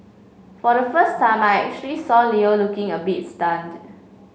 for the first time I actually saw Leo looking a bit stunned